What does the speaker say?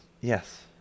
Yes